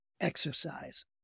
exercise